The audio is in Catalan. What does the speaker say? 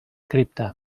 cripta